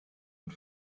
und